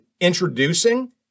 introducing